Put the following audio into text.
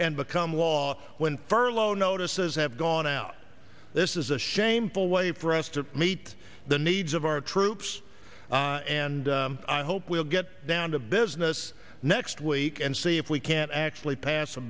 and become law when furlough notices have gone out this is a shameful way for us to meet the needs of our troops and i hope we'll get down to business next week and see if we can actually pass